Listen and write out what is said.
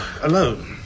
alone